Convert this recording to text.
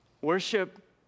worship